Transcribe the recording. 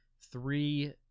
three